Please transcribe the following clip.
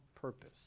purpose